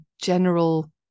general